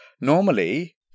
Normally